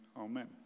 amen